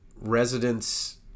residents